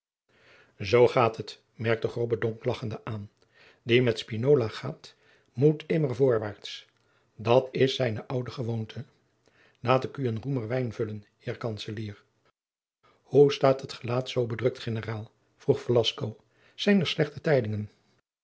zoo gaat het merkte grobbendonck lagchende aan die met spinola gaat moet immer voorwaarts dat is zijne oude gewoonte laat ik u een roemer wijn vullen heer kantzelier hoe staat het gelaat zoo bedrukt generaal vroeg velasco zijn er slechte tijdingen